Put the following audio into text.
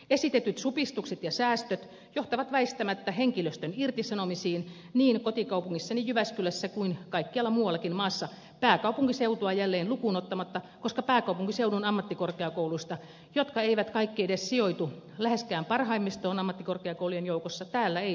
esitetyt supistukset ja säästöt johtavat väistämättä henkilöstön irtisanomisiin niin kotikaupungissani jyväskylässä kuin kaikkialla muuallakin maassa jälleen pääkaupunkiseutua lukuun ottamatta koska pääkaupunkiseudun ammattikorkeakouluista joista kaikki eivät edes sijoitu läheskään parhaimmistoon ammattikorkeakoulujen joukossa ei supisteta